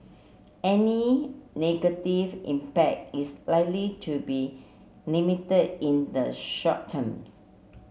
any negative impact is likely to be limited in the short terms